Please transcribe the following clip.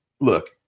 Look